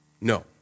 no